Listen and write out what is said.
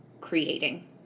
creating